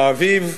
באביב,